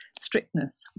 strictness